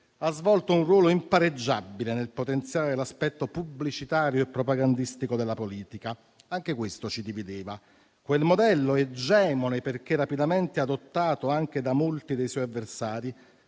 ha svolto un ruolo impareggiabile nel potenziare l'aspetto pubblicitario e propagandistico della politica. E anche questo ci divideva. Quel modello egemone, perché rapidamente adottato anche da molti dei suoi avversari,